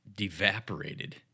evaporated